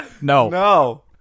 No